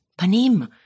panim